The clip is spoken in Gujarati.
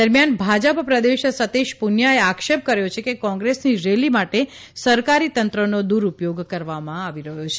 દરમિયાન ભાજપ પ્રદેશ સતિષ પુનિયાએ આક્ષેપ કર્યો છે કે કોંગ્રેસની રેલી માટે સરકારીતંત્રનો દુરૂપયોગ કરવામાં આવ્યો છે